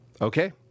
Okay